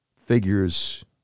Figures